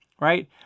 right